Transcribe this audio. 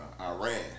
Iran